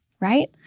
right